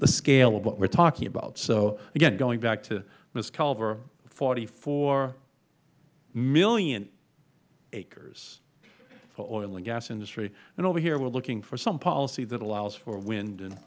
the scale of what we are talking about again going back to ms culver forty four million acres for oil and gas industry and over here we are looking for some policy that allows for wind and